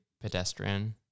pedestrian